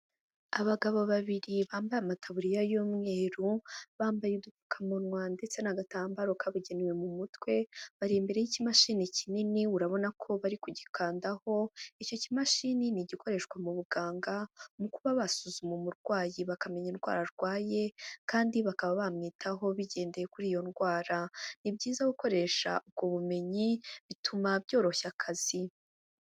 Abagabo babiri bambaye amataburiya y'umweru bambaye udupfukamunwa ndetse n'agatambaro kabugenewe mu mutwe. Bari imbere y'ikimashini kinini urabona ko bari kugikandaho icyo kimashini nigikoreshwa mu buganga mu kuba basuzuma umurwayi bakamenya indwara arwaye kandi bakaba bamwitaho bigendeye kuri iyo ndwara ni byiza gukoresha ubumenyi bituma byoroshya akazi.